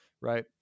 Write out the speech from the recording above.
right